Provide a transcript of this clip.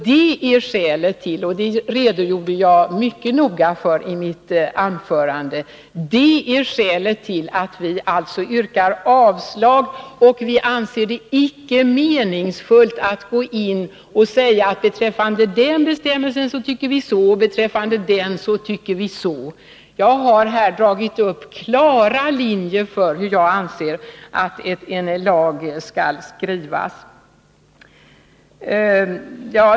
Det är skälet till att vi yrkar avslag på propositionen, vilket jag mycket noga redogjorde för i mitt anförande. Vi anser det icke meningsfullt att gå in i detaljer och säga: Beträffande den bestämmelsen tycker vi si, och beträffande den bestämmelsen tycker vi så. Jag har här dragit upp klara linjer för hur jag anser att en lag skall skrivas.